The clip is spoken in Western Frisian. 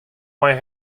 mei